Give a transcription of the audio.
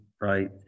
right